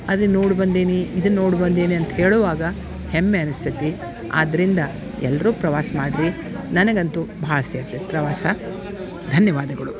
ಅದನ್ನು ನೋಡಿ ಬಂದೀನಿ ಇದನ್ನು ನೋಡಿ ಬಂದೀನಿ ಅಂತ ಹೇಳುವಾಗ ಹೆಮ್ಮೆ ಅನಸ್ತೈತಿ ಆದ್ದರಿಂದ ಎಲ್ಲರೂ ಪ್ರವಾಸ ಮಾಡಿರಿ ನನಗಂತೂ ಭಾಳ ಸೇರ್ತೈತಿ ಪ್ರವಾಸ ಧನ್ಯವಾದಗಳು